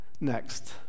Next